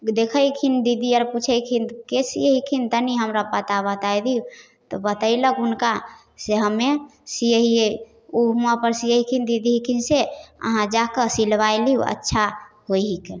देखै छथिन दीदी आओर पुछै छथिन के सिए छथिन तनि हमरा पता बता दिअऽ तऽ बतेलक हुनकासँ हमे सिए छिए ओ वहाँपर सिए छथिन दीदी छथिन से अहाँ वहाँ जाकऽ सिलबा लिअऽ अच्छा होइ हिकै